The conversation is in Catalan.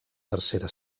tercera